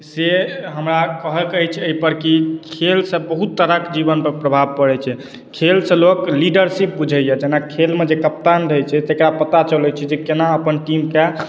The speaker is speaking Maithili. से हमरा कहऽके अछि एहि पर की खेलसँ बहुत तरहक जीवन पर प्रभाव परै छै खेलसँ लोक लीडरशिप बुझैया जेना खेल मे जे कप्तान रहै छै तेकरा पता छलै जे केना अपन की टीम के